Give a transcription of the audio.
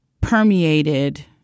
permeated